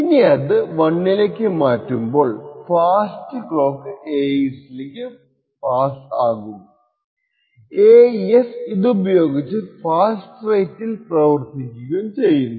ഇനി അത് 1 ലേക്ക് മാറ്റുമ്പോൾ ഫാസ്റ്റ് ക്ലോക്ക് AES ലേക്ക് പാസ്സ് ആകുകയും AES ഇതുപയോഗിച്ചു ഫാസ്റ്റ് റേറ്റിൽ പ്രവർത്തിക്കുകയും ചെയ്യുന്നു